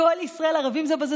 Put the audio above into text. כל ישראל ערבים זה לזה,